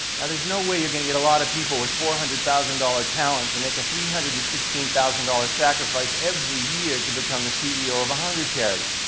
now, there's no way you're going to get a lot of people with four hundred thousand dollars talent to make a three hundred and sixteen thousand dollars sacrifice every year to become the ceo of a hunger charity.